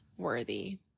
Worthy